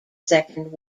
second